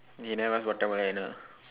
you never ask what time will end ah